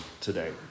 today